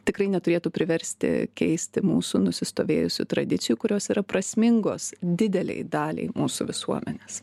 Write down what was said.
tikrai neturėtų priversti keisti mūsų nusistovėjusių tradicijų kurios yra prasmingos didelei daliai mūsų visuomenės